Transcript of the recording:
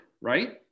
right